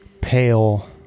Pale